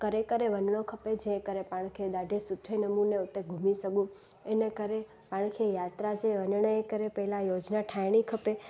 करे करे वञिणो खपे जेकरे पाण खे सुठे नमुने उते घूमी सघूं इन करे पाण खे यात्रा जे वञण जे करे पहिरियों योजना ठाहिणी खपे